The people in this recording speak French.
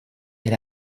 est